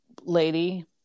lady